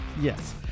Yes